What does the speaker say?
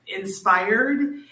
inspired